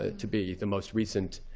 ah to be the most recent